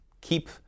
keep